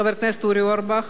חבר הכנסת אורי אורבך.